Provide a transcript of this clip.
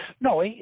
No